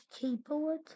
keyboard